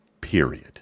Period